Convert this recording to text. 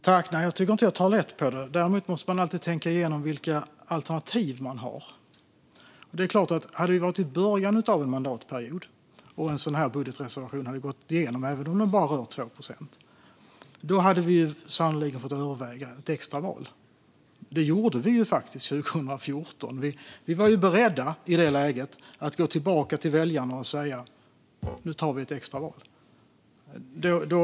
Fru talman! Jag tycker inte att jag tar lätt på det. Däremot måste man alltid tänka igenom vilka alternativ man har. Om vi hade varit i början av en mandatperiod och en sådan här budgetreservation hade gått igenom, även om det bara rörde sig om 2 procent, hade vi fått överväga ett extra val. Det gjorde vi också 2014. I det läget var vi beredda att gå tillbaka till väljarna och säga att det blir ett extra val.